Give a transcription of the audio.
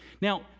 Now